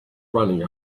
running